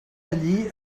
allí